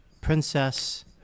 princess